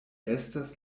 estas